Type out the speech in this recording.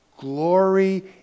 glory